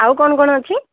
ଆଉ କଣ କଣ ଅଛି